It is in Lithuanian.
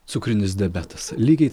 cukrinis diabetas lygiai